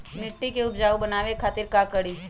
मिट्टी के उपजाऊ बनावे खातिर का करी?